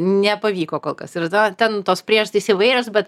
nepavyko kol kas ir ten tos priežastys įvairios bet